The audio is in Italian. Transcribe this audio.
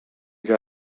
gli